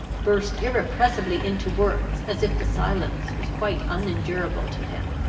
burst irrepressibly into words, as if the silence was quite unendurable to him.